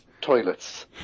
toilets